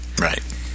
Right